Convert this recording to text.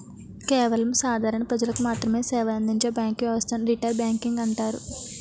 కేవలం సాధారణ ప్రజలకు మాత్రమె సేవలందించే బ్యాంకు వ్యవస్థను రిటైల్ బ్యాంకింగ్ అంటారు